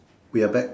we are back